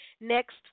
Next